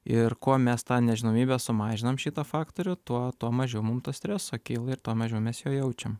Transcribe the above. ir kuo mes tą nežinomybę sumažinam šitą faktorių tuo tuo mažiau mum to streso kyla ir tuo mažiau mes jo jaučiam